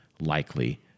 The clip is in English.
likely